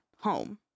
home